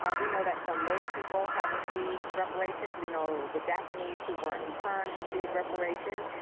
ah we know that some native people have received reparations. we know the japanese who were interned received reparations.